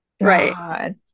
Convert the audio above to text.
Right